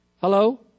Hello